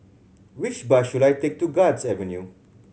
which bus should I take to Guards Avenue